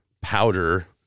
powder